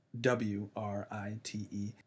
W-R-I-T-E